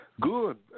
good